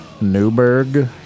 Newberg